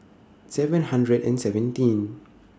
seven hundred and seventeen